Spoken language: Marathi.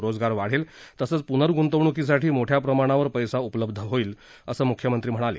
रोजगार वाढेल तसंच प्नर्गृंतवणूकीसाठी मोठ्या प्रमाणावर पैसा उपलब्ध होईल असं म्ख्यमंत्री म्हणाले